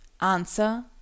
answer